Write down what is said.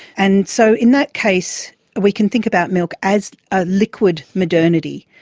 and so in that case we can think about milk as a liquid modernity,